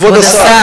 כבוד השר,